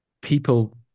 people